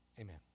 Amen